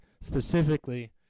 specifically